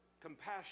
Compassion